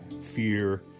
fear